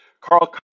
Carl